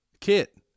Kit